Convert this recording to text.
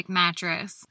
mattress